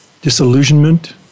disillusionment